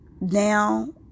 Now